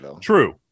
True